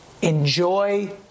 enjoy